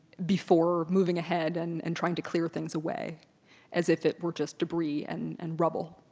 before moving ahead and and trying to clear things away as if it were just debris and and rubble.